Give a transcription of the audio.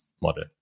model